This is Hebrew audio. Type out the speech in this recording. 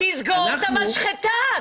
תסגור את המשחטה.